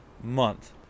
month